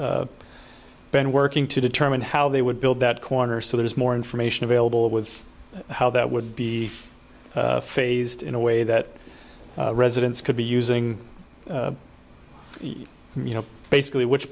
has been working to determine how they would build that corner so there's more information available with how that would be phased in a way that residents could be using you know basically which